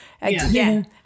again